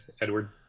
edward